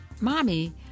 Mommy